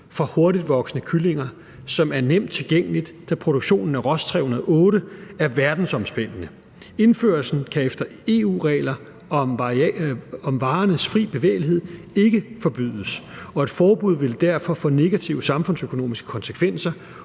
fra hurtigtvoksende kyllinger, som er nemt tilgængeligt, da produktionen af Ross 308 er verdensomspændende. Indførsel kan efter EU-regler om varernes fri bevægelighed ikke forbydes, og et forbud vil derfor få negative samfundsøkonomiske konsekvenser